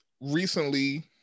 recently